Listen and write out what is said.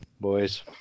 boys